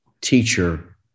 teacher